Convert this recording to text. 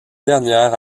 dernière